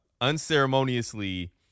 unceremoniously